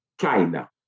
China